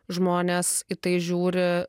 žmonės į tai žiūri